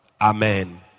Amen